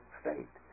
state